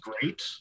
great